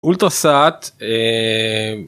אולטרסאט...